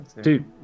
dude